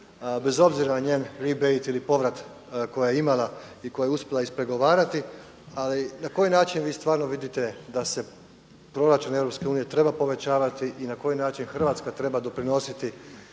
Bez obzira na njen … ili povrat koji je imala i koje je uspjela ispregovarati, ali na koji način vi stvarno vidite da se proračun EU treba povećavati i na koji način Hrvatska treba doprinositi